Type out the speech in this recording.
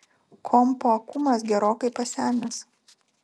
kompo akumas gerokai pasenęs